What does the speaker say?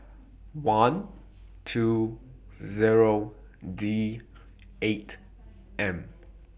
one two Zero D eight M